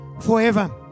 forever